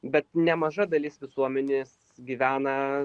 bet nemaža dalis visuomenės gyvena